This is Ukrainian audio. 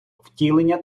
втілення